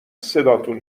صداتون